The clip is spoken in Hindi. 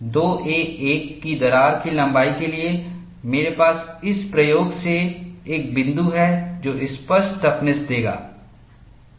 2a1 की दरार की लंबाई के लिए मेरे पास इस प्रयोग से एक बिंदु है जो स्पष्ट टफनेस देगा